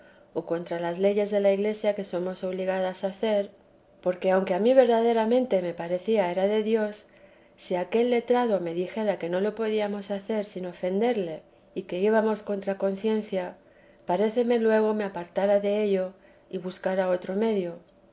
o contra las leyes de la iglesia que somos obligados a hacer porque aunque a mí verdaderamente me parecía era de dios si aquel letrado me dijera que no lo podíamos hacer sin ofenderle y que íbamos contra conciencia parecióme luego me apartara dello y buscara otro medio